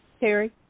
Terry